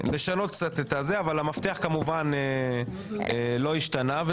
לשנות קצת, אבל המפתח כמובן לא השתנה.